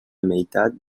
meitat